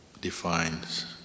defines